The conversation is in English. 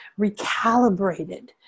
recalibrated